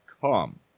come